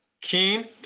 keen